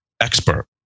expert